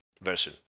version